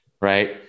right